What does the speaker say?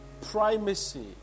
primacy